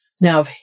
Now